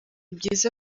byiza